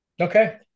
Okay